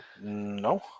No